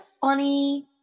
funny